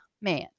man